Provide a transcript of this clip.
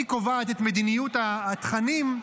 היא קובעת את מדיניות התכנים.